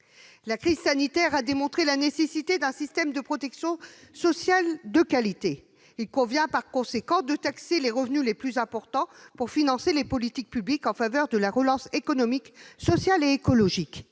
La crise sanitaire a démontré la nécessité d'un système de protection sociale de qualité ; par conséquent, il convient de taxer les revenus les plus importants pour financer les politiques publiques en faveur de la relance économique, sociale et écologique.